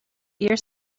ear